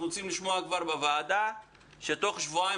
אנחנו רוצים לשמוע בוועדה שתוך שבועיים